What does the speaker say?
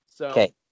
Okay